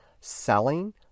selling